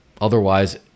otherwise